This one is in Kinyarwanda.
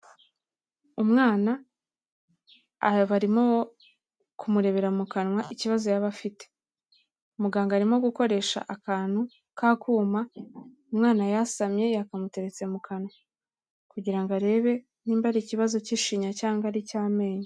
Umwana, aha barimo kumurebera mu kanwa ikibazo yaba afite, muganga arimo gukoresha akantu k'akuma, umwana yasamye yakamuteretse mu kanwa kugira ngo arebe niba ari ikibazo cy'ishinya cyangwa ari icy'amenyo.